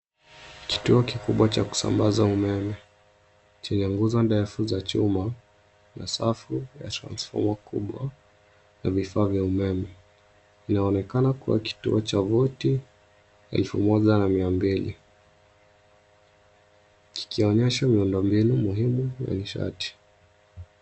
Kituo kikubwa cha kusambaza umeme; chenye nguzo ndefu za chuma na safu ya transfoma kubwa ya vifaa vya umeme. Inaonekana kuwa kituo cha volti 1,400 kikionyesha miundo mbinu muhimu ya nishati.